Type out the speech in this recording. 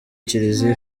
kiliziya